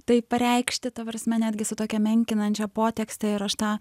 tai pareikšti ta prasme netgi su tokia menkinančia potekste ir aš tą